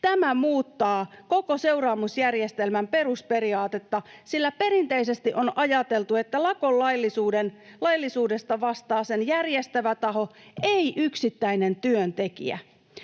Tämä muuttaa koko seuraamusjärjestelmän perusperiaatetta, sillä perinteisesti on ajateltu, että lakon laillisuudesta vastaa sen järjestävä taho, ei yksittäinen työntekijä.